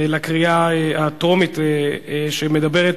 המדברת